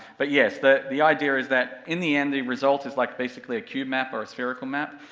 but yes, the the idea is that, in the end the result is like basically a cube map or a spherical map,